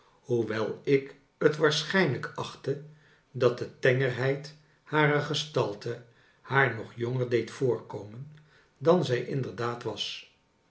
hoewel ik het waarschijnlijk achtte dat de tengerheid harer gestalte haar nog jonger deed voorkomen dan zij inderdaad was